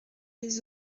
les